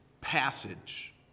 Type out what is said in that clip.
passage